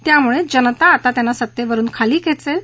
त्यामुळेच जनता आता त्यांना सत्तेवरुन खाली खेचेल